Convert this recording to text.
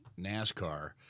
NASCAR